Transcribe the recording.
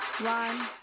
One